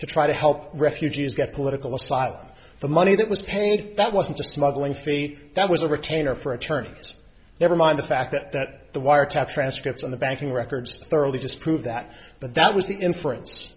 to try to help refugees get political asylum the money that was paid that wasn't a smuggling fee that was a retainer for attorneys never mind the fact that the wiretaps transcripts on the banking records thoroughly disprove that but that was the inference